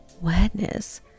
wetness